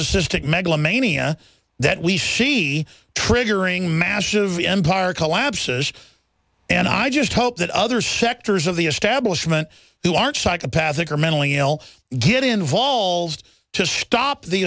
issistic megalomania that we should be triggering massive empire collapses and i just hope that other sectors of the establishment who are psychopathic or mentally ill get involved to stop the